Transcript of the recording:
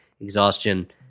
exhaustion